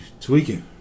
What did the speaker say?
tweaking